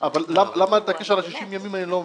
אבל למה אתה מתעקש על ה-90 ימים אני לא מבין.